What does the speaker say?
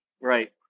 Right